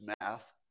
math